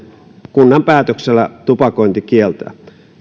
kunnan päätöksellä tupakointi kieltää